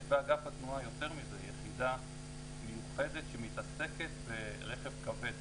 יש באגף התנועה יחידה מיוחדת שמתעסקת ברכב כבד,